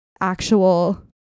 actual